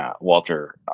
Walter